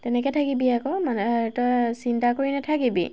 তেনেকৈ থাকিবি আকৌ মানে তই চিন্তা কৰি নাথাকিবি